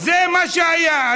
זה מה שהיה.